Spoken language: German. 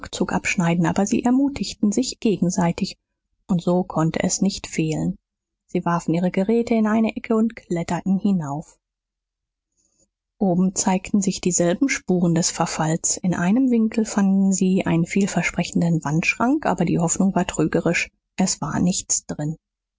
rückzug abschneiden aber sie ermutigten sich gegenseitig und so konnte es nicht fehlen sie warfen ihre geräte in eine ecke und kletterten hinauf oben zeigten sich dieselben spuren des verfalls in einem winkel fanden sie einen vielversprechenden wandschrank aber die hoffnung war trügerisch es war nichts drin